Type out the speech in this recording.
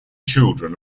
children